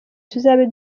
tuzabe